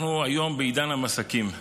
אנחנו היום בעידן המסכים.